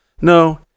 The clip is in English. no